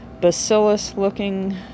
bacillus-looking